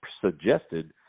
suggested